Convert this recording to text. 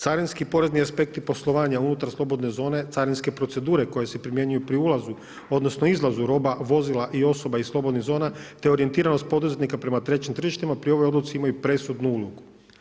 Carinski porezni asepekti poslovanja unutar slobodne zone carinske procedure koje se primjenjuju pri ulazu, odnosno izlazu roba, vozila i osoba iz slobodnih zona te orijentiranost poduzetnika prema trećim tržištima pri ovoj odluci imaju presudnu ulogu.